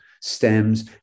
stems